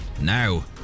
now